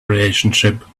relationship